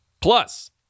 Plus